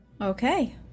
Okay